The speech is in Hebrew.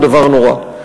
הוא דבר נורא.